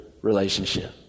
relationship